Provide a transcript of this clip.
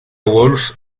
woolf